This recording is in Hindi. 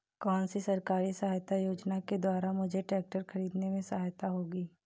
कौनसी सरकारी सहायता योजना के द्वारा मुझे ट्रैक्टर खरीदने में सहायक होगी?